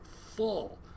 full